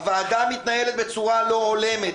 הוועדה מתנהלת בצורה לא הולמת,